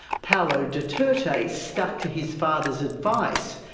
paulo duterte stuck to his father's advice,